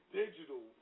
digital